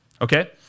okay